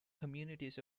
communities